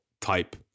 type